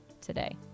today